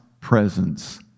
presence